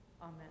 Amen